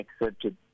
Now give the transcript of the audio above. accepted